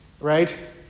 Right